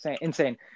insane